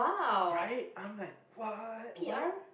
right I'm like what why